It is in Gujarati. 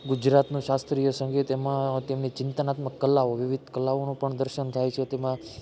ગુજરાતનું શાસ્ત્રીય સંગીત એમાં તેમની ચિંતનાત્મક કલાઓ વિવિધ કલાઓનું પણ દર્શન થાય છે તેમાં